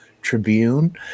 Tribune